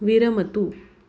विरमतु